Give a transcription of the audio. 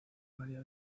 maría